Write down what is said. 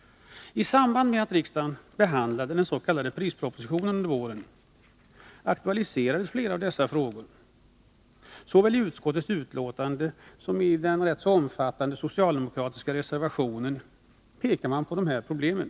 I samband med att riksdagen behandlade den s.k. krispropositionen under våren aktualiserades flera av dessa frågor. Såväl i utskottsbetänkandet som i den rätt omfattande socialdemokratiska reservationen pekade man på de här problemen.